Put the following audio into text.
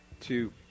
two